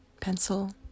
pencil